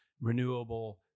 renewable